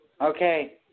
Okay